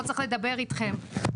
לא צריך לדבר איתכם'.